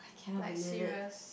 like serious